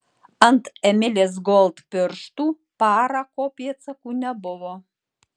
ant emilės gold pirštų parako pėdsakų nebuvo